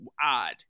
odd